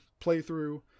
playthrough